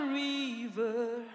river